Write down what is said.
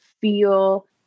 feel